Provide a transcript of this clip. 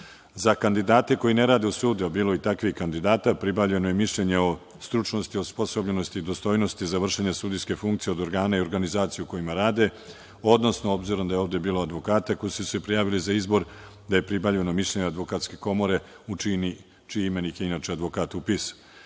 Za kandidate koji ne rade u sudu, bilo je i takvih kandidata pribavljeno je mišljenje o stručnosti, osposobljenosti i dostojnosti za vršenje sudijske funkcije od organa i organizacija u kojima rade, odnosno s obzirom da je ovde bilo advokata koji su se prijavili za izbor da je pribavljeno mišljenje Advokatske komore, u čiji imenik je inače advokat